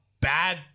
bad